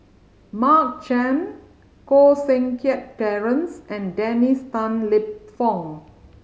Mark Chan Koh Seng Kiat Terence and Dennis Tan Lip Fong